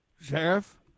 Sheriff